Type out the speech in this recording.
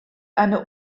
eine